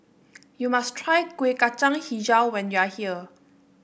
you must try Kueh Kacang hijau when you are here